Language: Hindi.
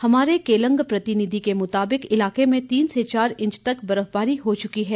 हमारे केलंग प्रतिनिधि के मुताबिक इलाके में तीन से चार इंच तक बर्फबारी हो चुकी है